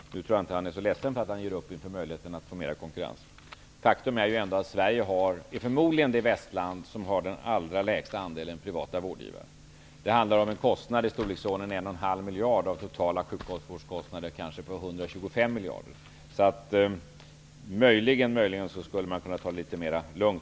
Jag tror inte att han är så ledsen över att ge upp inför möjligheten att få ökad konkurrens. Faktum är att Sverige förmodligen är det västland som har den allra lägsta andelen privata vårdgivare. Det handlar om en kostnad i storleksordningen ca 1,5 miljard av totala sjukvårdskostnader på kanske 125 miljarder. Hans Karlsson skulle kunna ta det litet mera lugnt.